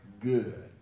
good